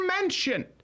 mentioned